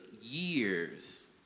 years